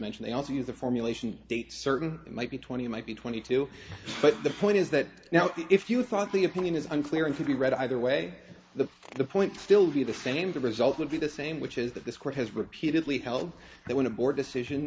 mentioned they also use the formulation date certain might be twenty might be twenty two but the point is that now if you thought the opinion is unclear and could be read either way the point still be the same the result would be the same which is that this court has repeatedly held they want a board decision